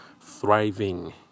thriving